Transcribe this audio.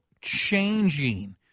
changing